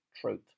truth